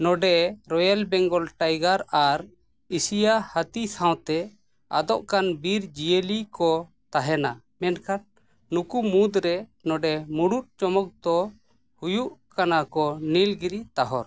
ᱱᱚᱸᱰᱮ ᱟᱨ ᱮᱥᱤᱭᱟ ᱦᱟᱹᱛᱤ ᱥᱟᱶᱛᱮ ᱟᱫᱚᱜ ᱠᱟᱱ ᱵᱤᱨ ᱡᱤᱭᱟᱹᱞᱤ ᱠᱚ ᱛᱟᱦᱮᱱᱟ ᱢᱮᱱᱠᱷᱟᱱ ᱱᱩᱠᱩ ᱢᱩᱫᱽᱨᱮ ᱱᱚᱸᱰᱮ ᱢᱩᱲᱩᱫ ᱪᱚᱢᱚᱠ ᱫᱚ ᱦᱩᱭᱩᱜ ᱠᱟᱱᱟ ᱠᱚ ᱱᱤᱞᱜᱤᱨᱤ ᱛᱟᱦᱚᱨ